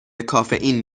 کافئین